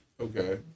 Okay